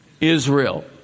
Israel